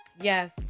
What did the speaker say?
Yes